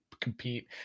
compete